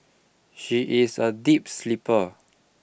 she is a deep sleeper